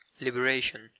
Liberation